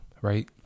right